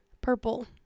purple